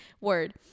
word